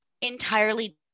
entirely